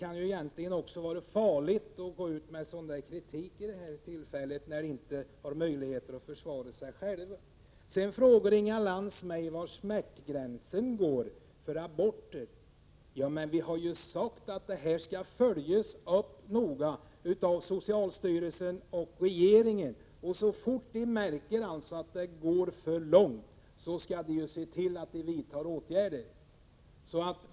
Men det är farligt att gå ut med en sådan kritik i detta sammanhang när lärarna inte har möjlighet att försvara sig. Sedan frågade Inga Lantz mig var smärtgränsen går när det gäller antalet aborter. Jag har sagt att socialstyrelsen och regeringen noga skall följa upp detta, och så fort de märker att det går för långt skall åtgärder vidtas.